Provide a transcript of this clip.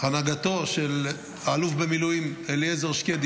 בהנהגתו של האלוף במילואים אליעזר שקדי